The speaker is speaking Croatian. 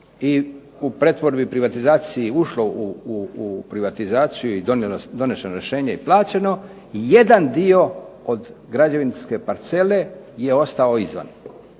i u pretvorbi i privatizaciji ušlo u privatizaciju i doneseno rješenje i plaćeno jedan dio od građevinske parcele je ostao izvan.